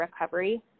recovery